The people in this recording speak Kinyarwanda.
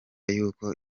yuko